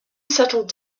settled